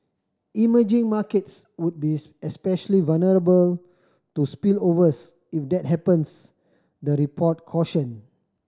emerging markets would be especially vulnerable to spillovers if that happens the report cautioned